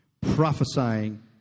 prophesying